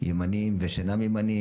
ימניים ושאינם ימניים,